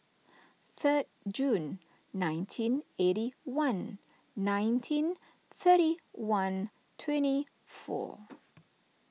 third June nineteen eighty one nineteen thirty one twenty four